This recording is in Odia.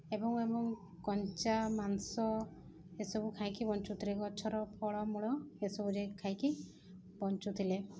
ଏବଂ ଏବଂ କଞ୍ଚା ମାଂସ ଏସବୁ ଖାଇକି ବଞ୍ଚୁଥିଲେ ଗଛର ଫଳ ମୂଳ ଏସବୁ ଯାଇ ଖାଇକି ବଞ୍ଚୁଥିଲେ